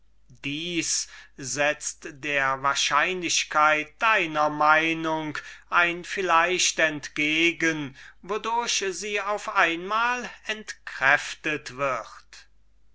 setzt der wahrscheinlichkeit deiner meinung ein vielleicht entgegen wodurch sie auf einmal entkräftet wird